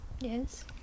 Yes